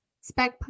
Spec